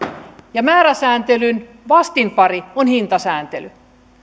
ja määräsääntelyn vastinpari on hintasääntely